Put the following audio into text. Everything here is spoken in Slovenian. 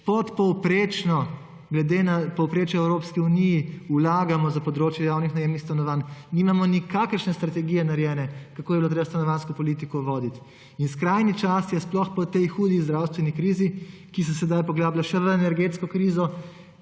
glede na povprečje v Evropski uniji vlagamo za področje javnih najemnih stanovanj, nimamo nikakršne strategije narejene, kako bi bilo treba stanovanjsko politiko voditi. In skrajni čas je, sploh po tej hudi zdravstveni krizi, ki se sedaj poglablja še v energetsko krizo,